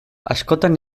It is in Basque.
askotan